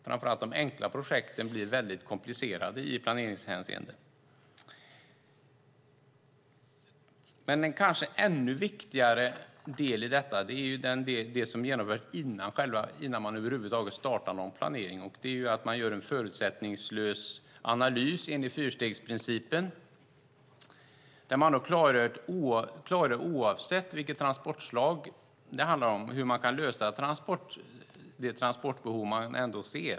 Framför allt blir de enkla projekten mycket komplicerade i planeringshänseende. En kanske ännu viktigare del i detta är det som sker innan man över huvud taget startar någon planering, det vill säga att man gör en förutsättningslös analys enligt fyrstegsprincipen. Oavsett vilket transportslag det handlar om klargör man där hur man kan lösa det transportbehov som finns.